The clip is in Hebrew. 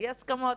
אי הסכמות,